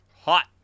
Hot